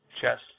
chest